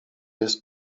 jest